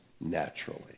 naturally